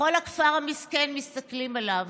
בכל הכפר המסכן מסתכלים עליו,